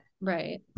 Right